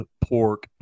pork